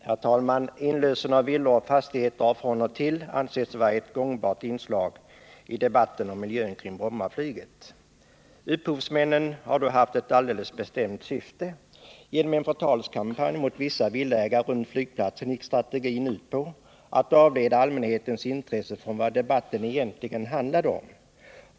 Herr talman! Inlösen av villor och fastigheter har från och till ansetts vara ett gångbart inslag i debatten om miljön kring Brommaflyget. Upphovsmännen har då haft ett alldeles bestämt syfte. Man förde en förtalskampanj mot vissa villaägare runt flygplatsen, och strategin gick ut på att avleda allmänhetens intresse från vad debatten egentligen handlade om.